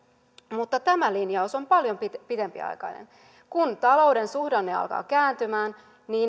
mutta tämä linjaus on paljon pidempiaikainen kun talouden suhdanne alkaa kääntymään